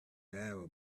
arrow